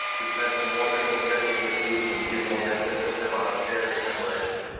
she's done some wonderful studies with youth and juvenile justice system on a very similar issue.